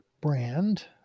brand